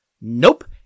Nope